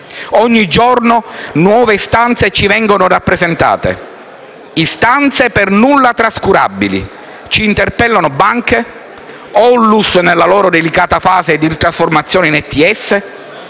Ogni giorno nuove istanze ci vengono rappresentate, istanze per nulla trascurabili: ci interpellano banche, onlus nella loro delicata fase di trasformazione in ETS,